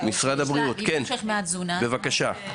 כן בבקשה.